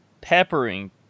peppering